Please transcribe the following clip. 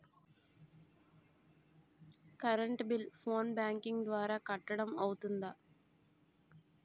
Current bill phone banking ద్వారా కట్టడం అవ్తుందా?